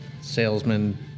salesman